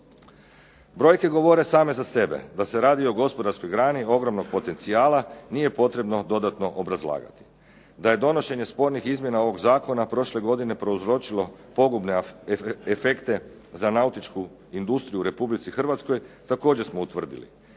Brojke govore same za sebe da se radi o gospodarskoj grani ogromnog potencijala, nije potrebno dodatno obrazlagati. Da je donošenje spornih izmjena ovog zakona prošle godine prouzročilo pogubne efekte za nautičku industriju u Republici Hrvatskoj također smo utvrdili.